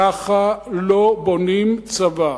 ככה לא בונים צבא.